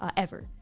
ever,